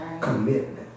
commitment